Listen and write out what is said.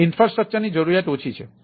infrastructure ની જરૂરિયાત ઓછી છે